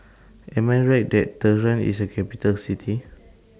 Am I Right that Tehran IS A Capital City